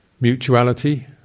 mutuality